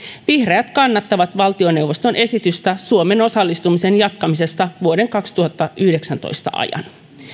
vihreät kannattavat valtioneuvoston esitystä suomen osallistumisen jatkamisesta vuoden kaksituhattayhdeksäntoista ajan